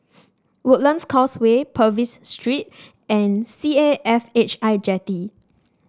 Woodlands Causeway Purvis Street and C A F H I Jetty